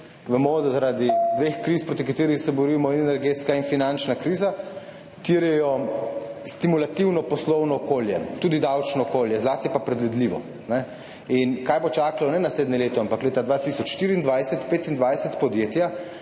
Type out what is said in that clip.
vemo, da dve krizi, proti katerima se borimo, energetska in finančna kriza, terjata stimulativno poslovno okolje, tudi davčno okolje, zlasti pa predvidljivo. Kaj bo čakalo ne naslednje leto, ampak leta 2024, 2025 podjetja